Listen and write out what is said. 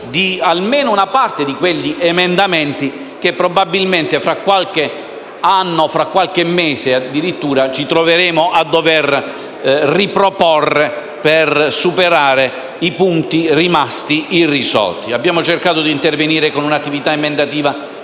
di almeno una parte di quegli emendamenti che probabilmente fra qualche anno, fra qualche mese addirittura, ci troveremo a dover riproporre per superare i punti rimasti irrisolti. Abbiamo cercato di intervenire con un'attività emendativa